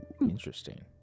interesting